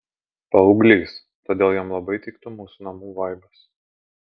paauglys todėl jam labai tiktų mūsų namų vaibas